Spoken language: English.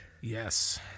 Yes